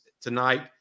tonight